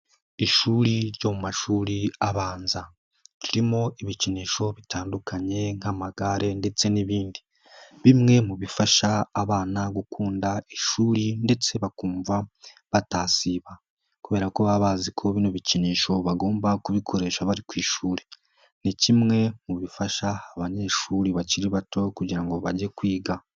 Ishuri ryo mu mashuri abanza, ririmo ibikinisho bitandukanye nk'amagare ndetse n'ibindi, bimwe mu bifasha abana gukunda ishuri ndetse bakumva batasiba kubera ko baba bazi ko bino bikinisho bagomba kubikoresha bari ku ishuri. Ni kimwe mu bifasha abanyeshuri bakiri bato kugira ngo bajye kwiga.